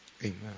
Amen